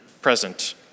present